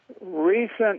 recent